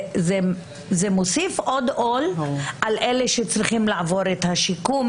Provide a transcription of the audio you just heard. זה מוסיף עוד עול על אלה שצריכים לעבור את השיקום,